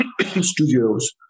studios